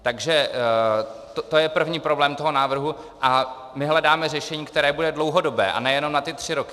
Takže to je první problém toho návrhu a my hledáme řešení, které bude dlouhodobé, a ne jenom na ty tři roky.